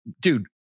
Dude